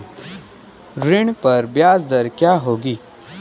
ऋण पर ब्याज दर क्या होगी?